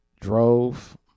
drove